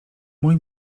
mój